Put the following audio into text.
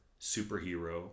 superhero